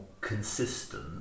consistent